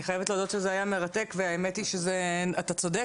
אני חייבת להודות שזה היה מרתק והאמת היא שאתה צודק,